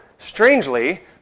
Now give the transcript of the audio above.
Strangely